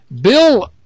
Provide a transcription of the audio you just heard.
Bill